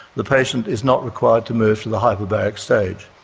the patient is not required to move to the hyperbaric stage.